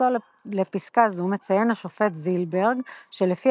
בהתייחסו לפסקה זו מציין השופט זילברג שלפי